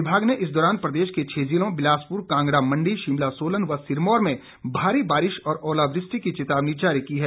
विभाग ने इस दौरान प्रदेश के छह जिलों बिलासपुर कांगड़ा मंडी शिमला सोलन व सिरमौर में भारी बारिश और ओलावृष्टि की चेतावनी जारी की है